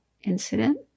incident